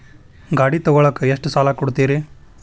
ಗಾಡಿ ತಗೋಳಾಕ್ ಎಷ್ಟ ಸಾಲ ಕೊಡ್ತೇರಿ?